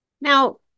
Now